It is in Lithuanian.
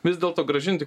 vis dėlto grąžinti